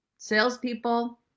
Salespeople